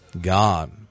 God